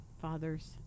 father's